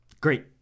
Great